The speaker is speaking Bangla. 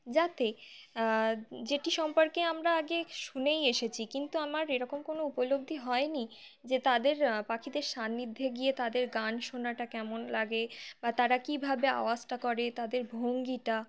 যাতে যেটি সম্পর্কে আমরা আগে শুনেই এসেছি কিন্তু আমার এরকম কোনো উপলব্ধি হয়নি যে তাদের পাখিদের সান্নিধ্যে গিয়ে তাদের গান শোনাটা কেমন লাগে বা তারা কীভাবে আওয়াজটা করে তাদের ভঙ্গিটা